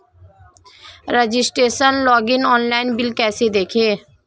Registration login online bill कैसे देखें?